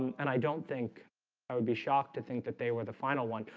and i don't think i would be shocked to think that they were the final one,